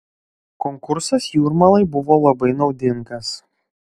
konkursas jūrmalai buvo labai naudingas